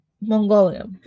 mongolia